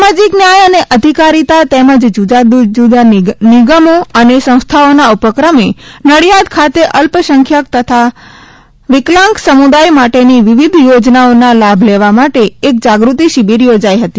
સામાજીક ન્યાય અને અધિકારીતા તેમજ જુદા જુદા નિગમો અને સંસ્થાઓના ઉપક્રમે નડિયાદ ખાતે અલ્પસંખ્યક તથા વિકલાંગ સમુદાય માટેની વિવિધ યોજનાઓના લાભ લેવા માટે એક જાગૃતિ શિબિર યોજાઇ હતી